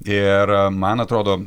ir man atrodo